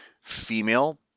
female